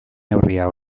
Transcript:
neurria